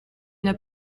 n’as